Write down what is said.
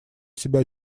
себя